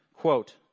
quote